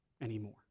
anymore